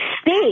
speak